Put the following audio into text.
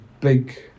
big